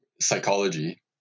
psychology